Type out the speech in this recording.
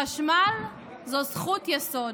חשמל זה זכות יסוד.